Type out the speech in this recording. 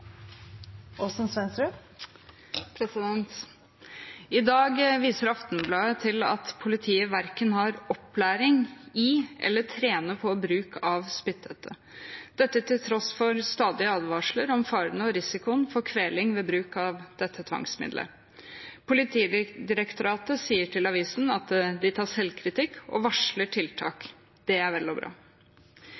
I dag viser Stavanger Aftenblad til at politiet verken har opplæring i eller trener på bruk av spytthette, dette til tross for stadige advarsler om farene og risikoen for kvelning ved bruk av dette tvangsmiddelet. Politidirektoratet sier til avisen at de tar selvkritikk og varsler tiltak.